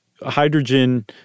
hydrogen